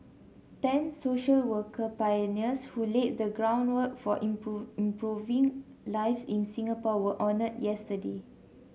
ten social worker pioneers who laid the groundwork for improve improving lives in Singapore were honoured yesterday